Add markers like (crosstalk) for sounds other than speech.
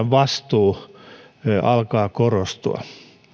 (unintelligible) vastuu alkaa korostua